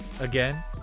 Again